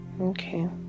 okay